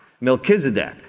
Melchizedek